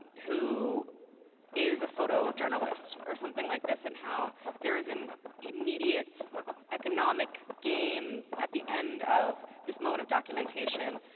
who is a photojournalist or something like this and how there is an immediate economic gain at the end of this moment of documentation.